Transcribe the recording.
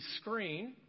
screen